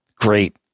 great